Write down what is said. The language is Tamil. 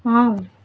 ஆம்